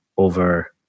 Over